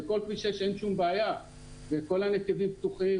ובכל כביש 6 אין שום בעיה וכל הנתיבים פתוחים